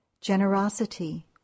Generosity